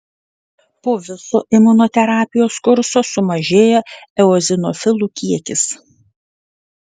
po viso imunoterapijos kurso sumažėja eozinofilų kiekis